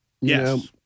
Yes